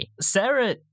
Sarah